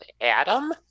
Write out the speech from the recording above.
Adam